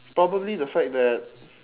probably the fact that